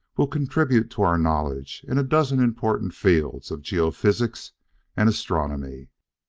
will contribute to our knowledge in a dozen important fields of geophysic and astronomy.